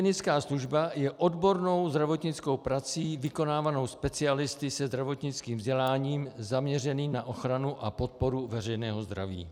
Hygienická služba je odbornou zdravotnickou prací vykonávanou specialisty se zdravotnickým vzděláním zaměřených na ochranu a podporu veřejného zdraví.